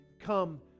come